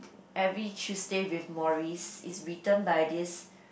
every Tuesday with Morris it's written by this